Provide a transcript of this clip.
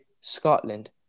Scotland